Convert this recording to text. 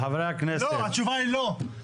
התשובה היא לא.